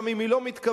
גם אם היא לא מתכוונת: